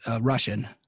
Russian